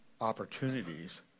opportunities